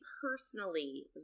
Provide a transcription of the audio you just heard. personally